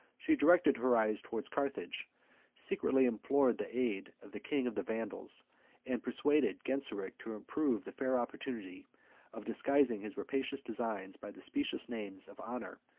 she directed her eyes towards carthage secretly implored the aid of the king of the vandals and persuaded genseric to improve the fair opportunity of disguising his rapacious designs by the specious names of honor,